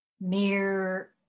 mere